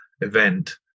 event